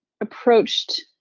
approached